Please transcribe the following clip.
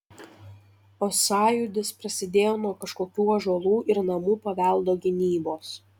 o sąjūdis prasidėjo nuo kažkokių ąžuolų ir namų paveldo gynybos